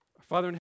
Father